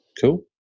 cool